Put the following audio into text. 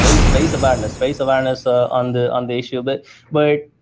raise raise awareness. raise awareness ah on the and issue. but but